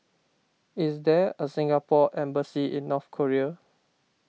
is there a Singapore Embassy in North Korea